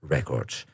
Records